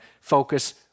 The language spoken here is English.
focus